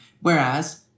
whereas